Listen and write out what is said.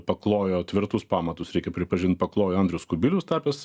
paklojo tvirtus pamatus reikia pripažint paklojo andrius kubilius tapęs